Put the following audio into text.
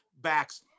backs